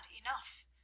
enough